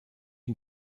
can